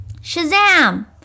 Shazam